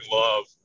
love